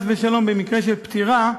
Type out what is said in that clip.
במקרה של פטירה,